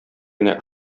генә